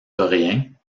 coréen